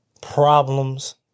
problems